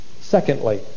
Secondly